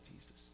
Jesus